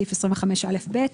סעיף 25א(ב)